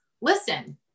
listen